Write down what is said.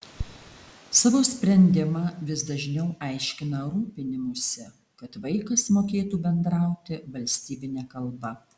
savo sprendimą vis dažniau aiškina rūpinimųsi kad vaikas mokėtų bendrauti valstybine kalba